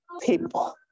people